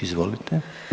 Izvolite.